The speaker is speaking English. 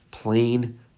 Plain